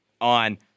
on